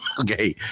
okay